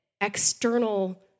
external